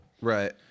Right